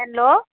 hello